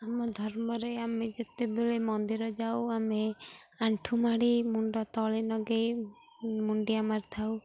ଆମ ଧର୍ମରେ ଆମେ ଯେତେବେଳେ ମନ୍ଦିର ଯାଉ ଆମେ ଆଣ୍ଠୁ ମାଡ଼ି ମୁଣ୍ଡ ତଳେ ଲଗାଇ ମୁଣ୍ଡିଆ ମାରି ଥାଉ